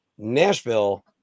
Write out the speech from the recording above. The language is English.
Nashville